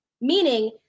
Meaning